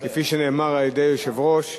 כפי שנאמר על-ידי היושב-ראש,